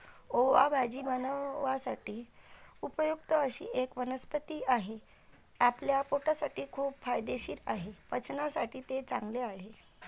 ओवा भाजी बनवण्यासाठी उपयुक्त अशी एक वनस्पती आहे, आपल्या पोटासाठी खूप फायदेशीर आहे, पचनासाठी ते चांगले आहे